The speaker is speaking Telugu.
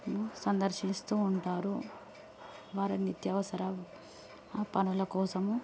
సందర్శిస్తూ ఉంటారు వారు నిత్యావసర పనుల కోసము